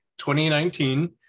2019